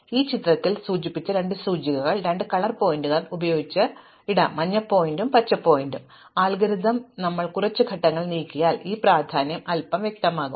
അതിനാൽ ഈ ചിത്രത്തിൽ ഞാൻ സൂചിപ്പിച്ച രണ്ട് സൂചികകൾ രണ്ട് കളർ പോയിന്ററുകൾ ഉപയോഗിച്ച് ഇടാം മഞ്ഞ പോയിന്ററും പച്ച പോയിന്ററും അൽഗോരിതം ഞങ്ങൾ കുറച്ച് ഘട്ടങ്ങൾ നീക്കിയാൽ ഈ പ്രാധാന്യം അൽപം വ്യക്തമാകും